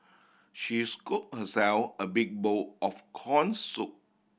she scoop herself a big bowl of corn soup